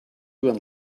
went